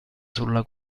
sulla